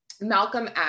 Malcolm